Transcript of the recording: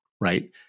right